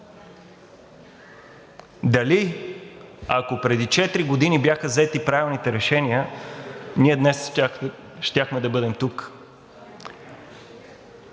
дали ако преди четири години бяха взети правилните решения, ние днес щяхме да бъдем тук?